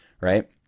right